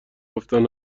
گفتن